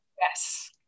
yes